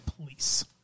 police